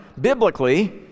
biblically